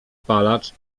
palacz